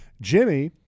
Jimmy